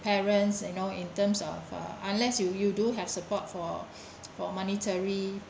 parents you know in terms of uh unless you you do have support for for monetary